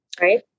Right